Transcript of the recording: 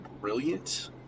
brilliant